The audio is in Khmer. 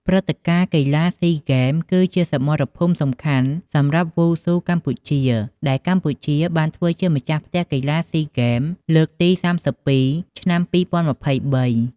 ព្រឹត្តិការណ៍ កីឡាស៊ីហ្គេមគឺជាសមរភូមិសំខាន់សម្រាប់វ៉ូស៊ូកម្ពុជា។ ដែលកម្ពុជាបានធ្វើជាម្ចាស់ផ្ទះកីឡាស៊ីហ្គេមលើកទី៣២ ឆ្នាំ២០២៣។